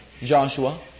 Joshua